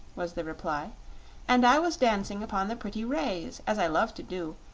was the reply and i was dancing upon the pretty rays, as i love to do,